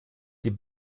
die